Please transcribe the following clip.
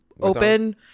open